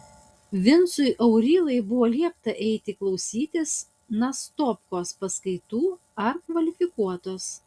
vincui aurylai buvo liepta eiti klausytis nastopkos paskaitų ar kvalifikuotos